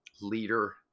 leader